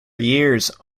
years